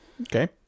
Okay